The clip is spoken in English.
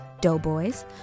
Doughboys